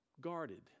Guarded